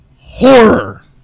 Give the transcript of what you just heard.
Horror